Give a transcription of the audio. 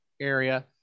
area